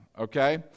okay